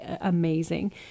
amazing